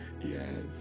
Yes